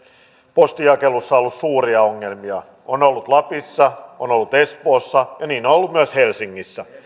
postinjakelussa on ollut suuria ongelmia on ollut lapissa on ollut espoossa ja niin on ollut myös helsingissä